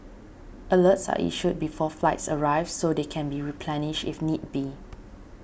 alerts are issued before flights arrive so they can be replenished if need be